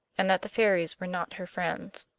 and that the fairies were not her friends.